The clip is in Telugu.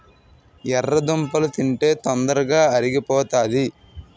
ఎర్రదుంపలు తింటే తొందరగా అరిగిపోతాది